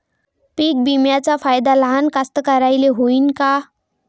पीक विम्याचा फायदा लहान कास्तकाराइले होईन का?